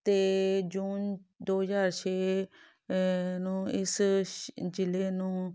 ਅਤੇ ਜੂਨ ਦੋ ਹਜ਼ਾਰ ਛੇ ਨੂੰ ਇਸ ਸ਼ ਜਿਲ੍ਹੇ ਨੂੰ